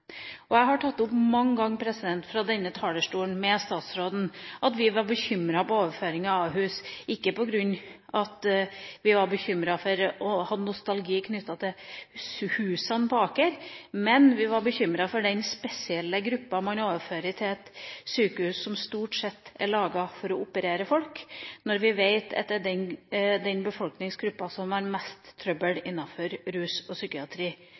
er. Jeg har mange ganger fra denne talerstolen tatt opp med statsråden at vi var bekymret for overføringa til Ahus, ikke på grunn av at vi var bekymret for og hadde nostalgi knyttet til husene på Aker, men vi var bekymret for den spesielle gruppa man overfører til et sykehus som stort sett er laget for å operere folk, når vi vet at den befolkningsgruppa som har mest trøbbel, er innenfor rus og psykiatri.